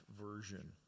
version